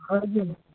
हजुर